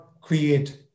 create